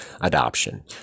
adoption